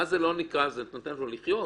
את נותנת לו לחיות?